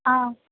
on